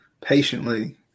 patiently